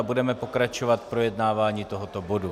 Budeme pokračovat v projednávání tohoto bodu.